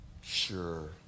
Sure